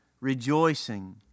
rejoicing